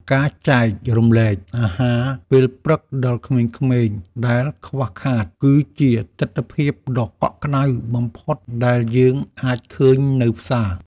ការចែករំលែកអាហារពេលព្រឹកដល់ក្មេងៗដែលខ្វះខាត គឺជាទិដ្ឋភាពដ៏កក់ក្ដៅបំផុតដែលយើងអាចឃើញនៅផ្សារ។